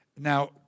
Now